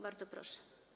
Bardzo proszę.